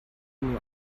nur